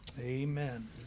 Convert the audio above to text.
Amen